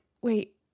wait